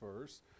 first